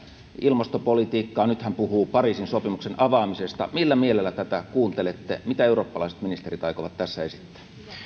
ilmastopolitiikkaa nyt hän puhuu pariisin sopimuksen avaamisesta millä mielellä tätä kuuntelette mitä eurooppalaiset ministerit aikovat tässä